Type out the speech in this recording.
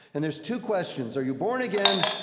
and there's two questions. are you born again?